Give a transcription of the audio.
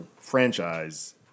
franchise